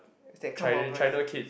they come over